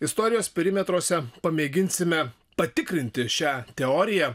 istorijos perimetruose pamėginsime patikrinti šią teoriją